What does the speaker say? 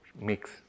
mix